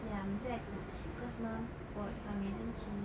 ya maybe I cook cause mum bought parmesan cheese